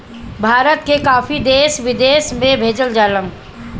भारत के काफी देश विदेश में भेजल जाला